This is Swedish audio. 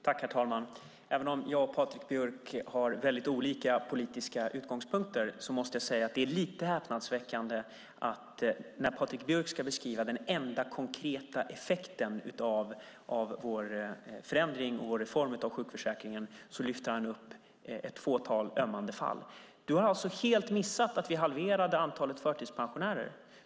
Herr talman! Även om jag och Patrik Björck har väldigt olika politiska utgångspunkter måste jag säga att det är lite häpnadsväckande att när Patrik Björck ska beskriva den enda konkreta effekten av vår reform av sjukförsäkringen lyfter han upp ett fåtal ömmande fall. Du har alltså helt missat att vi halverade antalet förtidspensionärer.